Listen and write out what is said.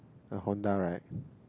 the Honda right